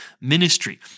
ministry